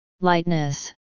Lightness